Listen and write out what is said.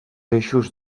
eixos